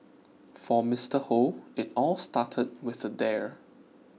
for Mr Hoe it all started with a dare